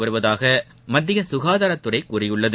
வருவதாக மத்திய சுகாதாரத்துறை கூறியுள்ளது